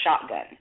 shotgun